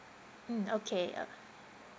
mm okay uh